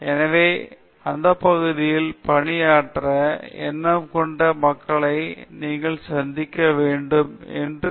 எனவே உங்கள் பகுதியில் பணி புரிகின்ற எண்ணம் கொண்ட மக்களைப் நீங்கள் சந்திக்க வேண்டும் என ஏற்கனவே கூறியிருப்பதைப் பார்த்தேன்